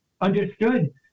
understood